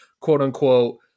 quote-unquote